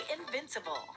invincible